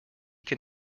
can